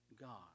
God